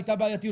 הייתה בעייתיות,